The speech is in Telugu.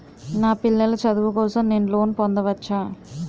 నా పిల్లల చదువు కోసం నేను లోన్ పొందవచ్చా?